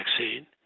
vaccine